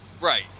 Right